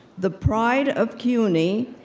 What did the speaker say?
the pride of cuny,